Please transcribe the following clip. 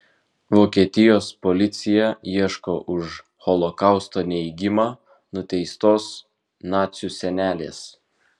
vokietijos policija ieško už holokausto neigimą nuteistos nacių senelės